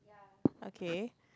okay